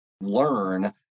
learn